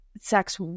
sex